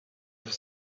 have